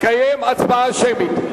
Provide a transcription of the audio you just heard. לקיים הצבעה שמית.